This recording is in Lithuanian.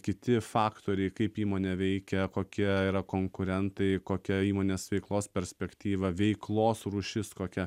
kiti faktoriai kaip įmonė veikia kokie yra konkurentai kokia įmonės veiklos perspektyva veiklos rūšis kokia